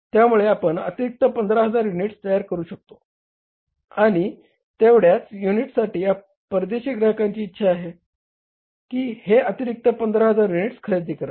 त्यामुळे आपण अतिरिक्त 15000 युनिट्स तयार करू शकतो आणि तेवढ्याच युनिटसाठी परदेशी ग्राहकांची अशी इच्छा आहे की हे अतिरिक्त 15000 युनिट्स खरेदी करावेत